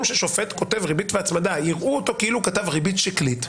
ששופט כותב ריבית והצמדה יראו אותו כאילו כתב ריבית שקלית,